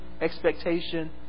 expectation